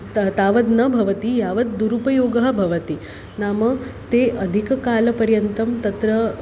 तावत् तावद् न भवति यावद् दुरुपयोगः भवति नाम ते अधिककालपर्यन्तं तत्र